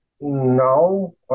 no